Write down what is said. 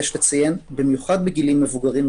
במיוחד בגילאים מבוגרים,